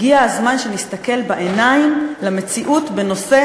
הגיע הזמן שנסתכל בעיניים למציאות בנושא